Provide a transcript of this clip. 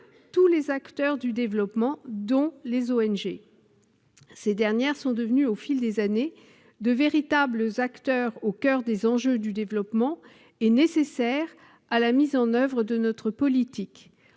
tous les acteurs du développement, en particulier les ONG. Ces dernières sont devenues au fil des années de véritables acteurs au coeur des enjeux du développement, nécessaires à la mise en oeuvre de notre politique.